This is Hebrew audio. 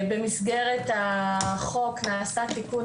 במסגרת החוק נעשה תיקון